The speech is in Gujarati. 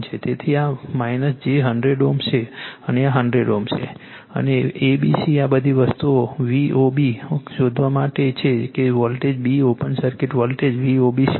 તેથી આ j 100 Ω છે આ 100 Ω છે અને A B C આ બધી વસ્તુઓ VOB શોધવા માટે છે કે voltage b open circuit voltage VOB શું છે